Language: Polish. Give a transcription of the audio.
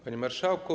Panie Marszałku!